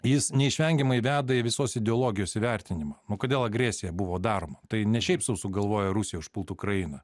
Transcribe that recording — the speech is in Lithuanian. jis neišvengiamai veda į visos ideologijos įvertinimą o kodėl agresija buvo daroma tai ne šiaip sau sugalvojo rusija užpult ukrainą